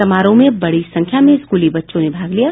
समारोह में बड़ी संख्या में स्कूली बच्चों ने भाग लिया